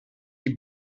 die